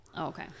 Okay